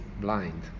blind